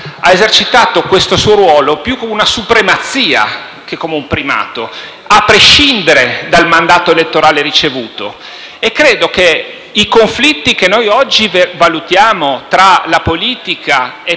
ha esercitato questo suo ruolo più come una supremazia che come un primato, a prescindere dal mandato elettorale ricevuto. Credo che i conflitti che noi oggi valutiamo tra la politica e